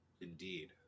Indeed